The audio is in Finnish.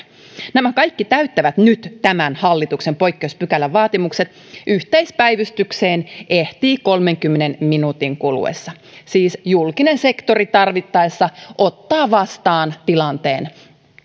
nämä kaikki täyttävät nyt tämän hallituksen poikkeuspykälän vaatimukset yhteispäivystykseen ehtii kolmenkymmenen minuutin kuluessa siis julkinen sektori tarvittaessa ottaa vastaan tilanteen